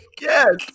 Yes